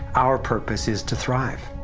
our purpose is to thrive.